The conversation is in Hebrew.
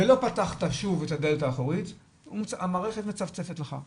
ולא פתחת שוב את הדלת האחורית המערכת מצפצפת לך.